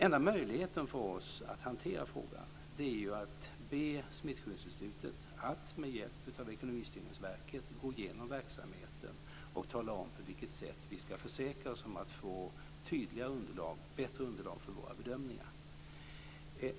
Enda möjligheten för oss att hantera frågan är att be Smittskyddsinstitutet att med hjälp av Ekonomistyrningsverket gå igenom verksamheten och tala om på vilket sätt vi ska försäkra oss om att få tydligare, bättre, underlag för våra bedömningar.